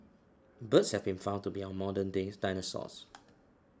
birds have been found to be our modern day dinosaurs